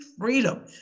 freedom